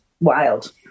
wild